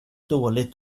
dåligt